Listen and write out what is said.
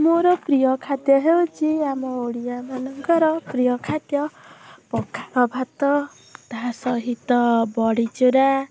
ମୋର ପ୍ରିୟ ଖାଦ୍ୟ ହେଉଛି ଆମ ଓଡ଼ିଆମାନଙ୍କର ପ୍ରିୟ ଖାଦ୍ୟ ପଖାଳ ଭାତ ତା ସହିତ ବଡ଼ି ଚୁରା